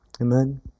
Amen